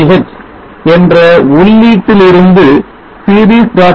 sch என்ற உள்ளீட்டிலிருந்து series